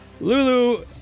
Lulu